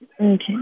Okay